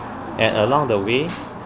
and along the way